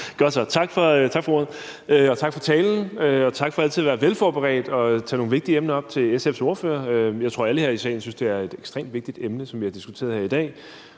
tak til SF's ordfører for talen og for altid at være velforberedt og tage nogle vigtige emner op. Jeg tror, alle her i salen synes, det er et ekstremt vigtigt emne, som vi har diskuteret her i dag.